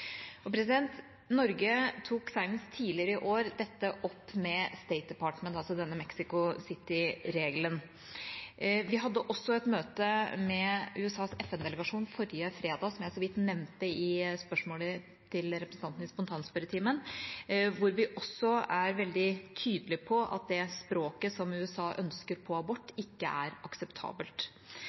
Norge tok senest tidligere i år denne Mexico City-regelen opp med State Department. Vi hadde også et møte med USAs FN-delegasjon forrige fredag, som jeg så vidt nevnte i forbindelse med representantens spørsmål i den muntlige spørretimen, hvor vi også var veldig tydelige på at det språket som USA ønsker om abort, ikke er akseptabelt.